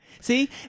See